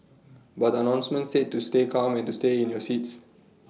but the announcement said to stay calm and to stay in your seats